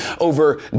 over